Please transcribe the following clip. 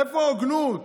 איפה ההוגנות?